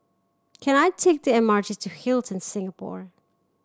can I take the M R T to Hilton Singapore